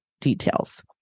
details